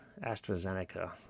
AstraZeneca